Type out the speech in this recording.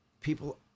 people